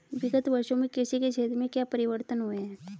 विगत वर्षों में कृषि के क्षेत्र में क्या परिवर्तन हुए हैं?